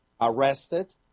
arrested